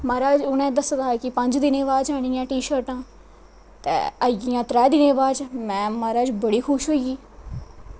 ते म्हाराज उ'नें आक्खे दा हा पंज दिनें बाद आनियां ने टीशर्टां ते आई गेईयां त्रै दिनैं बाद में म्हाराज बड़ी खुश होई गेई